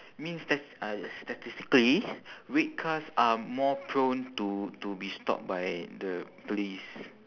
mean stas~ uh statistically red cars are more prone to to be stopped by the police